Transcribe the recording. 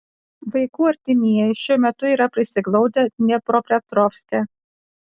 vaikų artimieji šiuo metu yra prisiglaudę dniepropetrovske